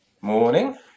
Morning